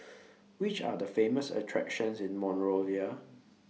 Which Are The Famous attractions in Monrovia